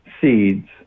seeds